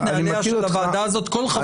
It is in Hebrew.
נהליה של הוועדה הזאת --- אני מכיר אותך --- כל חבר